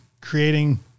creating